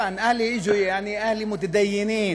בעברית אף פעם לא שמעתי אותך אומר "בעזרת השם".